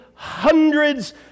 Hundreds